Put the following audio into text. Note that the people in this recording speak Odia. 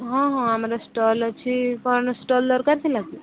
ହଁ ହଁ ଆମର ଷ୍ଟଲ୍ ଅଛି କ'ଣ ଷ୍ଟଲ୍ ଦରକାର ଥିଲା କି